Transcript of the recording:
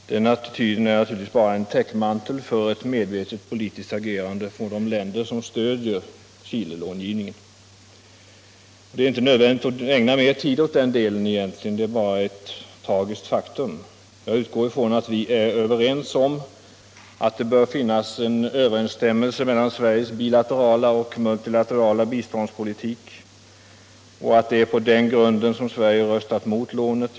Den attityden är naturligtvis bara en täckmantel för ett medvetet Om Sveriges medlemskap i Världsbanken Om Sveriges medlemskap i Världsbanken politiskt agerande från de länder som stöder Chilelångivningen. Det är inte nödvändigt att ägna mer tid åt den delen av svaret. Jag utgår från att vi är överens om att det bör finnas en överensstämmelse mellan Sveriges bilaterala och multilaterala biståndspolitik och att det är på den grunden som Sverige röstat mot lånet.